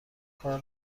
کار